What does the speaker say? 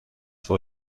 for